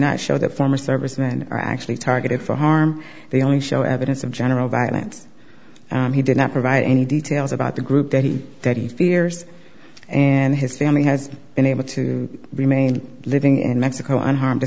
not show that former servicemen are actually targeted for harm they only show evidence of general violence he did not provide any details about the group that he that he fears and his family has been able to remain living in mexico on harm